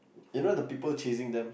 you know the people chasing them